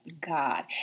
God